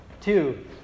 two